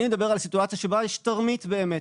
אני מדבר על סיטואציה שבה יש תרמית באמת.